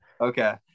Okay